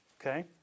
okay